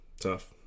Tough